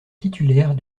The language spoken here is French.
titulaire